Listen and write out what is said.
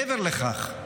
מעבר לכך,